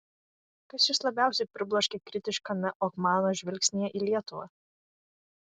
kas jus labiausiai pribloškė kritiškame ohmano žvilgsnyje į lietuvą